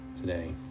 today